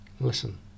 Listen